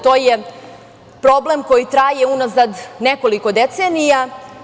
To je problem koji traje unazad nekoliko decenija.